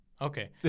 Okay